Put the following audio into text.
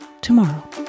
tomorrow